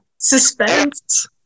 suspense